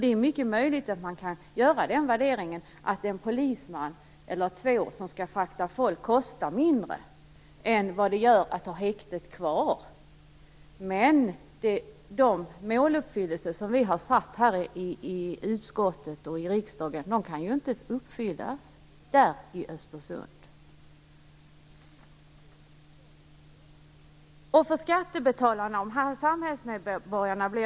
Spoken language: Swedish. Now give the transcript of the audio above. Det är mycket möjligt att man kan göra den värderingen att en polisman eller två som skall frakta folk kostar mindre än vad det gör att ha häktet kvar. Men de mål som vi har satt upp här i utskottet och riksdagen kan ju inte uppfyllas i Östersund. Det blir ju väldigt obegripligt för skattebetalarna och samhällsmedborgarna.